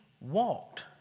walked